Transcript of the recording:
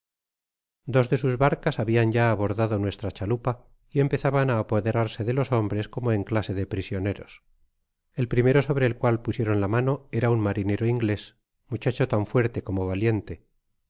dos de sus barcas habian ya abordado nuestra chalupa y empezaban á apoderarse de los hombres como en oiase de prisioneros el primero sobre el cual pusieron la mano era un marinero inglés muchacho tan fuerte como valiente en